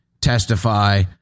testify